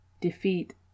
defeat